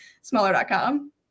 smaller.com